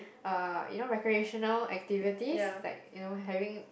uh you know recreational activities like you know having